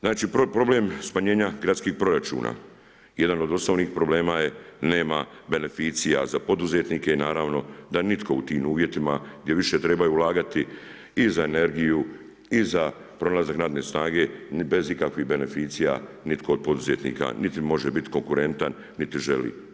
Znači problem smanjenja gradskih proračuna, jedan od osnovnih problema nema beneficija za poduzetnike i naravno da nitko u tim uvjetima gdje više trebaju ulagati i za energiju i za pronalazak radne snage bez ikakvih beneficija nitko od poduzetnika niti može biti konkurentan niti želi.